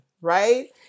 Right